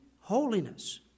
holiness